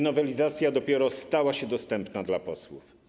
Nowelizacja dopiero wtedy stała się dostępna dla posłów.